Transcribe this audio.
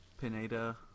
Pineda